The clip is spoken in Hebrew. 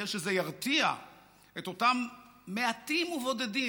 יהיה שזה ירתיע את אותם מעטים ובודדים.